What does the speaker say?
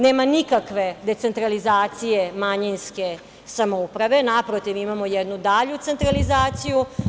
Nema nikakve decentralizacije manjinske samouprave, naprotiv, imamo jednu dalju centralizaciju.